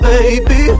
Baby